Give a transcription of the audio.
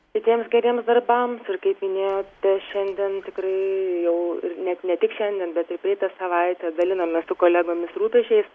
kitiems geriems darbams ir kaip minėjote šiandien tikrai jau net ne tik šiandien bet ir praeitą savaitę dalinomės su kolegomis rūpesčiais